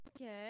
Okay